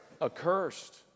Accursed